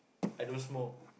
I don't smoke